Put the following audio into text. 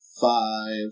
five